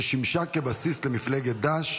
ששימשה כבסיס למפלגת ד"ש,